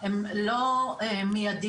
הם לא מיידיים.